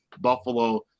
Buffalo